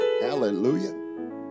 hallelujah